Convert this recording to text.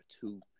two